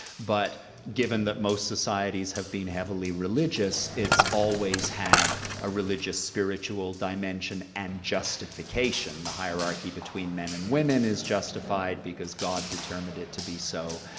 but given that most societies have been heavily religious, it's always had a religious, spiritual dimension and justification. the hierarchy between men and women is justified because god determined it to be so,